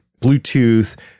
Bluetooth